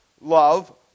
love